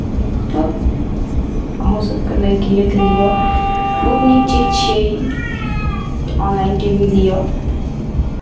तब अहूँ सबके लैके यए तऽ लिअ बहुत नीक चीज छियै ई ऑनलाइन टी भी लिअ